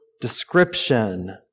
description